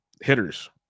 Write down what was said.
hitters